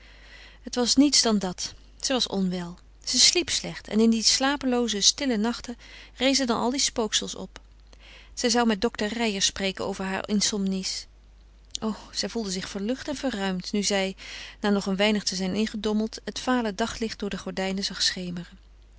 het was niets dan dat ze was onwel ze sliep slecht en in die slapelooze stille nachten rezen dan al die spooksels op zij zou met dokter reijer spreken over hare insomnies o zij voelde zich verlucht en verruimd nu zij na nog een weinig te zijn ingedommeld het vale daglicht door de gordijnen zag schemeren